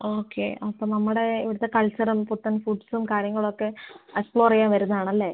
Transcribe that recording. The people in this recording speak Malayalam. ഓക്കെ അപ്പോൾ നമ്മുടെ ഇവിടത്തെ കൾച്ചറും പുത്തൻ ഫുഡ്സും കാര്യങ്ങളും ഒക്കെ എക്സ്പ്ലോർ ചെയ്യാൻ വരുന്നത് ആണല്ലേ